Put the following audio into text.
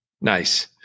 Nice